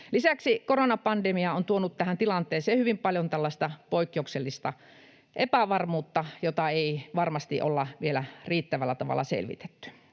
Lisäksi koronapandemia on tuonut tähän tilanteeseen hyvin paljon tällaista poikkeuksellista epävarmuutta, jota ei varmasti olla vielä riittävällä tavalla selvitetty.